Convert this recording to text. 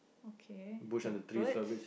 okay okay the birds